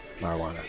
marijuana